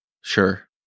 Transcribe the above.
Sure